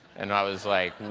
and i was like